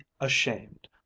ashamed